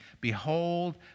behold